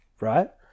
right